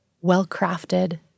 well-crafted